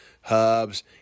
hubs